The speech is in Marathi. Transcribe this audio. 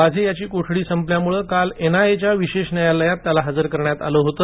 वाझे याची कोठडी संपल्यामुळे काल एन आय ए च्या विशेष न्यायालयात हजर करण्यात आले होते